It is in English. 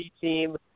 team